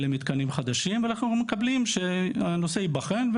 אלה מתקנים חדשים ואנחנו מקבלים שהנושא ייבחן,